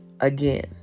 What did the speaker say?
again